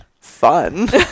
fun